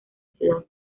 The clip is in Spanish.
ciudad